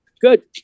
good